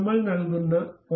നമ്മൾ നൽകുന്ന 1